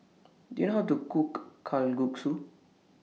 Do YOU know How to Cook Kalguksu